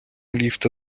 ліфта